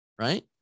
right